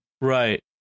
Right